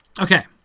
Okay